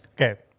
Okay